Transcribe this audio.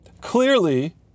Clearly